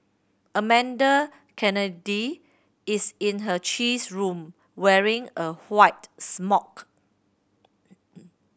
Amanda Kennedy is in her cheese room wearing a white smock